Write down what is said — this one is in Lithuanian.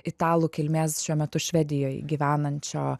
italų kilmės šiuo metu švedijoj gyvenančio